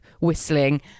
whistling